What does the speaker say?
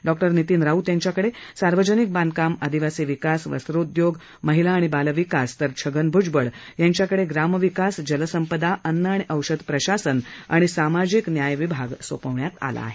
डॉ नितीन राऊत यांच्याकडे सार्वजनिक बांधकाम आदिवासी विकास वस्त्रोउद्योग महिला आणि बालविकास तर छगन भूजबळ यांच्याकडे ग्रामविकास जलसंपदा अन्न आणि औषध प्रशासन आणि सामाजिक न्याय विभाग सोपवण्यात आलं आहे